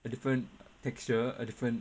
a different texture a different